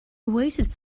waited